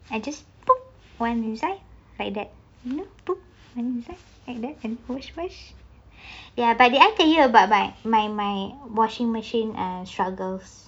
and just one inside like that inside like that wash first ya but did I tell you about my washing machine struggles